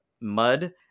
mud